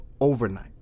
overnight